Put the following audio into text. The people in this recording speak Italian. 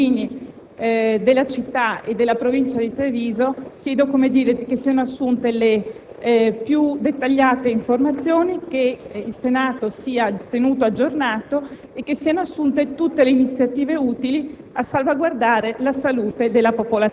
per la salute dei cittadini della città e della Provincia di Treviso, chiedo che siano assunte le più dettagliate informazioni, che il Senato sia tenuto aggiornato e che siano prese tutte le iniziative utili